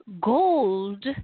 Gold